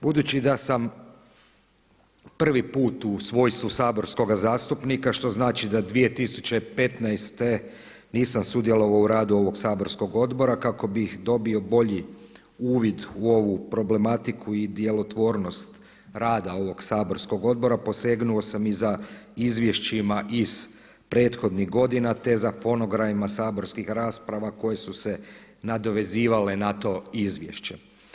Budući da sam prvi put u svojstvu saborskoga zastupnika što znači da 2015. nisam sudjelovao u radu ovog saborskog odbora kako bih dobio bolji uvid u ovu problematiku i djelotvornost rada ovog saborskog odbora posegnuo sam i za izvješćima iz prethodnih godina, te za fonogramima saborskih rasprava koje su se nadovezivale na to izvješće.